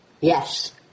Yes